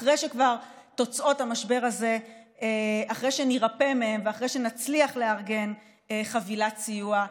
אחרי שכבר נירפא מתוצאות המשבר הזה ואחרי שנצליח לארגן חבילת סיוע,